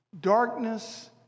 Darkness